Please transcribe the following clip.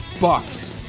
bucks